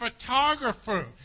photographer